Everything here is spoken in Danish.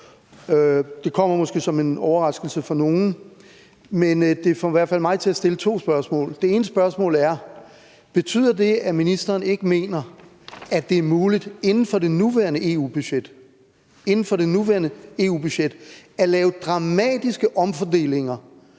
Det kommer måske som en overraskelse for nogle, men det får i hvert fald mig til at stille to spørgsmål. Det ene spørgsmål er: Betyder det, at ministeren ikke mener, at det er muligt inden for det nuværende EU-budget at lave dramatiske omfordelinger,